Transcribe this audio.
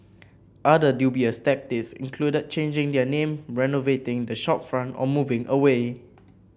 other dubious tactics included changing their name renovating the shopfront or moving away